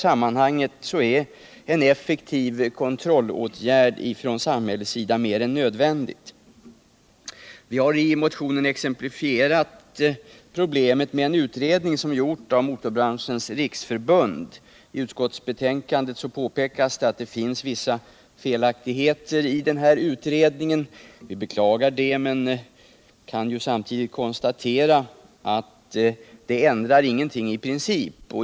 Men tyvärr är en effektiv kontroll från samhällets sida mer än nödvändig i detta sammanhang. Som exempel har vi i motionen anfört en utredning som gjorts av Motorbranschens riksförbund. I utskottsbetänkandet påpekas att det finns vissa felaktigheter i utredningen. Vi beklagar det men kan samtidigt konstatera att de inte ändrar någonting i princip.